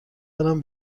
دارم